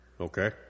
Okay